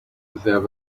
there